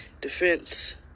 defense